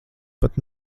pat